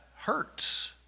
hurts